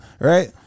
right